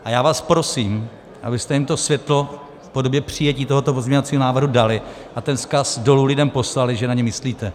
A já vás prosím, abyste jim to světlo v podobě přijetí tohoto pozměňovacího návrhu dali a ten vzkaz dolů lidem poslali, že na ně myslíte.